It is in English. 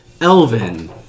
Elvin